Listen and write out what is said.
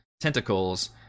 tentacles